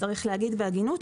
צריך להגיד בהגינות,